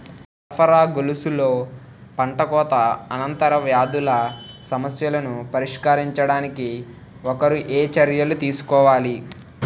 సరఫరా గొలుసులో పంటకోత అనంతర వ్యాధుల సమస్యలను పరిష్కరించడానికి ఒకరు ఏ చర్యలు తీసుకోవాలి?